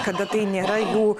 kada tai nėra jų